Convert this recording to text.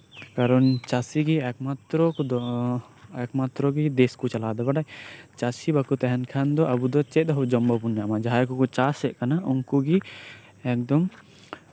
ᱠᱟᱨᱚᱱ ᱪᱟᱹᱥᱤ ᱜᱮ ᱮᱠᱢᱟᱛᱨᱚ ᱮᱠᱢᱟᱛᱨᱚ ᱜᱮ ᱫᱮᱥ ᱠᱚ ᱪᱟᱞᱟᱣᱮᱫᱟ ᱪᱟᱹᱤ ᱵᱟᱠᱚ ᱛᱟᱸᱦᱮᱱ ᱠᱷᱟᱱ ᱫᱚ ᱟᱵᱚ ᱫᱚ ᱪᱮᱫ ᱵᱟᱵᱚ ᱡᱚᱢ ᱧᱟᱢᱼᱟ ᱡᱟᱸᱦᱟᱭ ᱠᱚ ᱪᱟᱥ ᱮᱫ ᱠᱟᱱᱟ ᱩᱱᱠᱩ ᱜᱮ ᱮᱠᱫᱚᱢ